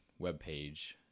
webpage